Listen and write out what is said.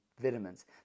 vitamins